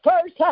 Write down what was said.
first